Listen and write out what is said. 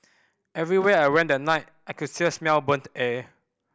everywhere I went that night I could still smell burnt air